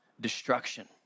destruction